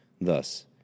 Thus